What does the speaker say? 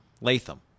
Latham